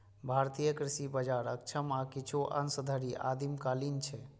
भारतीय कृषि बाजार अक्षम आ किछु अंश धरि आदिम कालीन छै